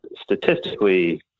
statistically